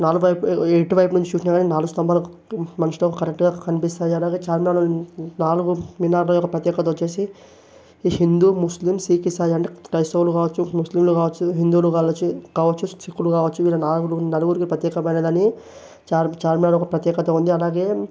నాలుగు వైపులు ఎటువైపు నుంచి చూసినా కానీ నాలుగు స్తంభాలు మంచిగా కరెక్ట్గా కనిపిస్తాయి అలాగే చార్మినార్లో నాలుగు మీనార్ ల ప్రత్యేకత వచ్చి హిందూ ముస్లిం సిక్ ఇసాయి అంటే క్రైస్తవులు కావచ్చు ముస్లింలు కావచ్చు హిందువులు కావచ్చు కావచ్చు సిక్కులు కావచ్చు ఈ నాలుగు నలుగురికి ప్రత్యేకమైనది అని చార్ చార్మినార్కి ఒక ప్రత్యేకత ఉంది అలాగే